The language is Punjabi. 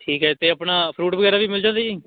ਠੀਕ ਹੈ ਅਤੇ ਆਪਣਾ ਫਰੂਟ ਵਗੈਰਾ ਵੀ ਮਿਲ ਜਾਂਦੇ ਜੀ